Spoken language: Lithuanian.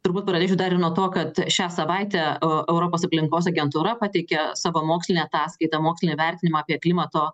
turbūt pradėčiau dar ir nuo to kad šią savaitę a europos aplinkos agentūra pateikė savo mokslinę ataskaitą mokslinį vertinimą apie klimato